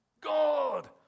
God